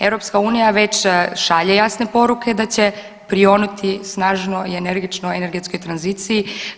EU već šalje jasne poruke da će prionuti snažno i energično energetskoj tranziciji.